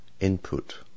input